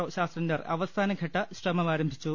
O ശാസ്ത്രജ്ഞർ അവസാനഘട്ട ശ്രമമാരംഭിച്ചു